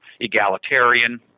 egalitarian